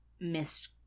missed